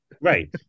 Right